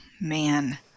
man